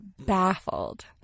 baffled